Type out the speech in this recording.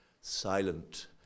silent